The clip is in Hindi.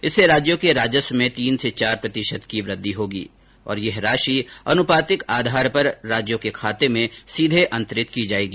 इससे राज्यों के राजस्व में तीन से चार प्रतिशत की वृद्वि होगी और यह राशि आनुपातिक आधार पर राज्यों के खाते में सीधे अंतरित की जाएगी